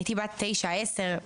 הייתי בת תשע, עשר.